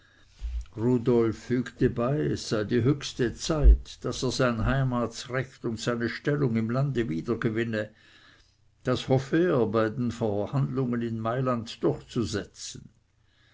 bei es sei die höchste zeit daß er sein heimatsrecht und seine stellung im lande wiedergewinne das hoffe er bei den verhandlungen in mailand durchzusetzen